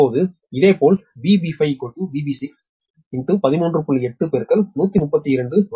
இப்போது இதேபோல் VB5VB613